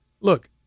Look